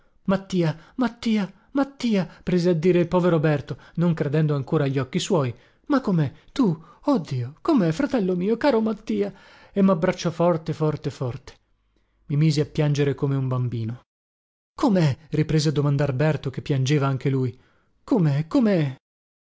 mattia mattia mattia prese a dire il povero berto non credendo ancora agli occhi suoi ma comè tu oh dio comè fratello mio caro mattia e mabbracciò forte forte forte mi misi a piangere come un bambino comè riprese a domandar berto che piangeva anche lui comè comè